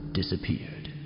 disappeared